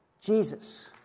Jesus